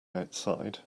outside